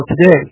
today